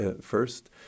first